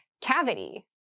Cavity